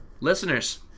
listeners